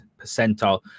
percentile